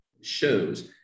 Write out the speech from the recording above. shows